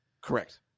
Correct